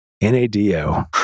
N-A-D-O